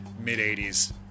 mid-80s